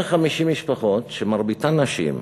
150 משפחות, ומרביתן נשים.